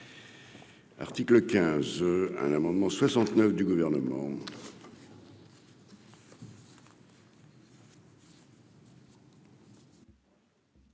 Article 15 un amendement 69 du gouvernement.